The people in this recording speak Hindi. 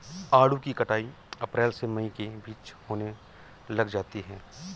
आड़ू की कटाई अप्रैल से मई के बीच होने लग जाती है